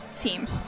team